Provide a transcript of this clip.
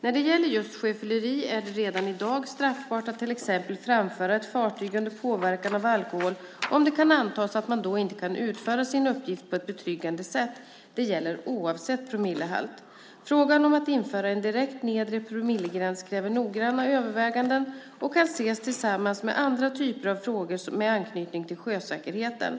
När det gäller just sjöfylleri är det redan i dag straffbart att till exempel framföra ett fartyg under påverkan av alkohol om det kan antas att man då inte kan utföra sin uppgift på ett betryggande sätt. Detta gäller oavsett promillehalt. Frågan om att införa en direkt nedre promillegräns kräver noggranna överväganden och kan ses tillsammans med andra typer av frågor med anknytning till sjösäkerheten.